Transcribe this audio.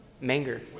manger